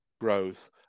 growth